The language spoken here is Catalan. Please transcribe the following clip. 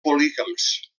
polígams